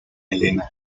elena